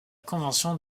convention